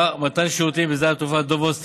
(מתן שירותים בשדה התעופה דב הוז ),